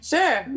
Sure